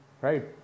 Right